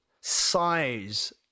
size